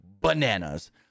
bananas